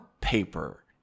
paper